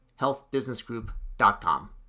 healthbusinessgroup.com